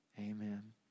amen